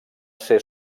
ser